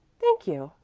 thank you,